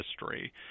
history